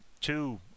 two